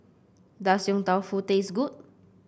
does Yong Tau Foo taste good